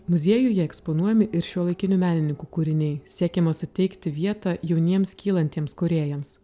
muziejuje eksponuojami ir šiuolaikinių menininkų kūriniai siekiama suteikti vietą jauniems kylantiems kūrėjams